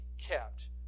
kept